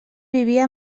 vivia